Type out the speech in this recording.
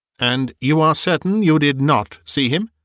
and you are certain you did not see him?